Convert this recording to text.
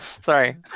Sorry